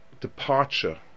departure